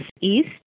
east